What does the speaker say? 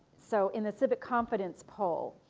so, in a civic confidence poll,